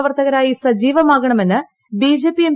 പ്രവർത്തകരായി സജീവമാകണമെന്ന് BJP M